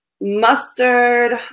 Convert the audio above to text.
Mustard